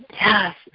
Yes